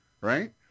Right